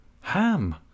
Ham